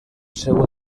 seu